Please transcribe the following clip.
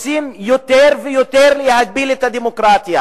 רוצים יותר ויותר להגביל את הדמוקרטיה